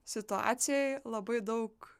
situacijoj labai daug